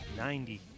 Ninety